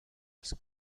els